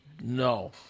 No